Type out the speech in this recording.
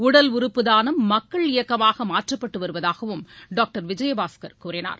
உடல் உறுப்பு தானம் மக்கள் இயக்கமாக மாற்றப்பட்டு வருவதாகவும் டாக்டர் விஜயபாஸ்கர் கூறினார்